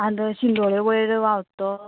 आनी शिंदोळे वयर व्हांवता तो